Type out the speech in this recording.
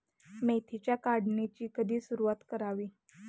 मेथीच्या काढणीची कधी सुरूवात करावी?